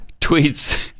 tweets